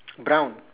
brown